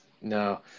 no